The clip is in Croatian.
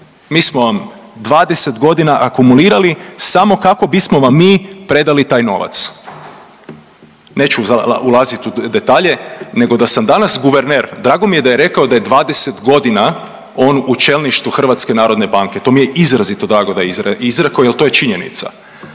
Mi smo vam 20 godina akumulirali samo kako bismo vam mi predali taj novac. Neću ulazit u detalje, nego da sam danas guverner, drago mi je da je rekao da je 20 godina on u čelništvu HNB-e. To mi je izrazito drago da je izrekao, jer to je činjenica.